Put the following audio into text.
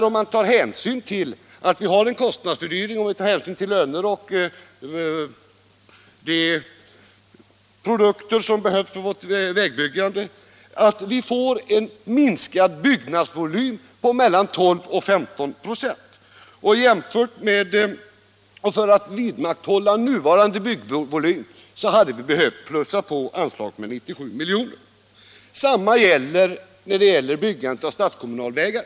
Om man tar hänsyn till kostnadsfördyringen när det gäller lönekostnaderna och de produkter som behövs för vårt vägbyggande innebär detta att vi får en minskad byggnadsvolym på mellan 12 och 15 96. För att vidmakthålla nuvarande byggnadsvolym hade vi behövt plussa på anslaget med 97 miljoner. Detsamma gäller för byg gandet av. statskommunala vägar.